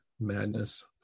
madness